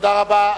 תודה רבה.